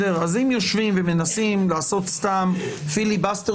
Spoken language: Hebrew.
אז אם יושבים ומנסים לעשות סתם פיליבסטר